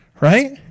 Right